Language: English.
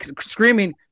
screaming